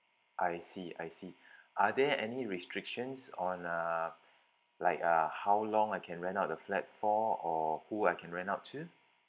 I see I see are there any restrictions on uh like uh how long I can rent out the flat for or who I can rent out to